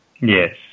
Yes